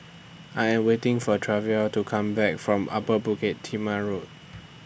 I Am waiting For Treva to Come Back from Upper Bukit Timah Road